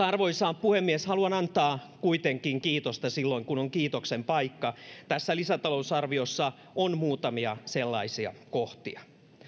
arvoisa puhemies haluan antaa kuitenkin kiitosta silloin kun on kiitoksen paikka tässä lisätalousarviossa on muutamia sellaisia kohtia